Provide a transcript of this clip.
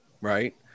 right